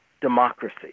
democracy